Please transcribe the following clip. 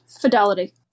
Fidelity